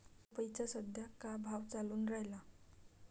पपईचा सद्या का भाव चालून रायला?